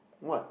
what